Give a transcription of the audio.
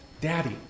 Daddy